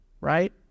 right